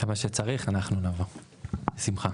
מתי שצריך אנחנו נבוא, בשמחה.